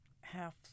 half